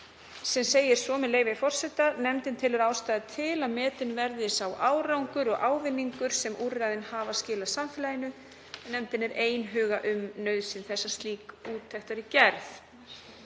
sem segir, með leyfi forseta: „Nefndin telur ástæðu til að metinn verði sá árangur og ávinningur sem úrræðin hafa skilað samfélaginu. Nefndin er einhuga um nauðsyn þess að slík úttekt verði